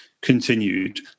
continued